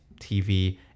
TV